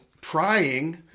trying